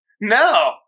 No